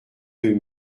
deux